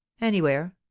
Anywhere